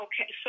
okay